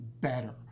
better